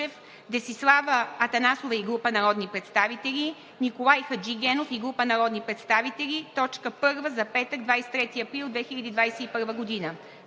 Десислава Атанасова и група народни представители; Николай Хаджигенов и група народни представители – точка първа за петък, 23 април 2021 г.